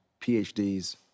PhDs